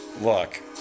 Look